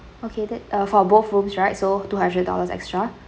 okay that uh for both rooms right so two hundred dollars extra